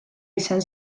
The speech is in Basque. izan